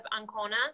Ancona